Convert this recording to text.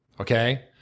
Okay